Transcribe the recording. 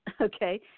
okay